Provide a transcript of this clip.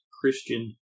Christian